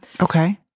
Okay